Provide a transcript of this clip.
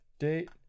Date